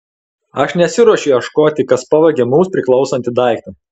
aš nesiruošiu ieškoti kas pavogė mums priklausantį daiktą